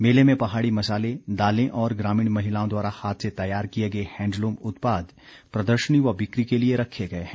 मेले में पहाड़ी मसाले दालें और ग्रामीण महिलाओं द्वारा हाथ से तैयार किए गए हैंडलूम उत्पाद प्रदर्शनी व बिक्री के लिए रखे गए हैं